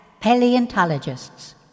paleontologists